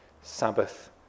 sabbath